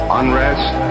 unrest